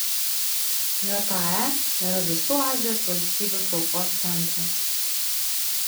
jae yra visų azijos valstybių traukos centras